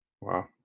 Wow